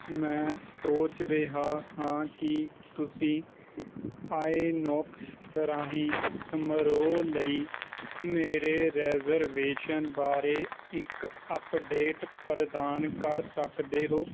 ਮੈਂ ਸੋਚ ਰਿਹਾ ਹਾਂ ਕੀ ਤੁਸੀਂ ਆਇਨੋਕਸ ਰਾਹੀਂ ਸਮਰੋਹ ਲਈ ਮੇਰੇ ਰੈਜਰਵੇਸ਼ਨ ਬਾਰੇ ਇੱਕ ਅੱਪਡੇਟ ਪ੍ਰਦਾਨ ਕਰ ਸਕਦੇ ਹੋ